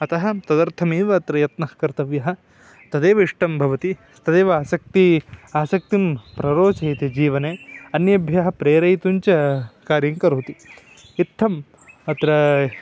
अतः तदर्थमेव अत्र यत्नः कर्तव्यः तदेव इष्टं भवति तदेव आसक्तिः आसक्तिं प्ररोचयति जीवने अन्येभ्यः प्रेरयितुं च कार्यं करोति इत्थम् अत्र